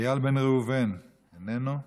איל בן ראובן, איננו,